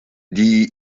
die